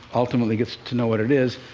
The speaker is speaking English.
ultimately gets to know what it is.